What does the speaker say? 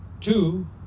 two